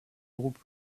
groupe